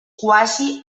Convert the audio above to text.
quasi